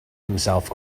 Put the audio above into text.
himself